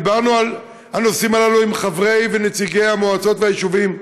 דיברנו על הנושאים הללו עם חברי ונציגי המועצות והיישובים.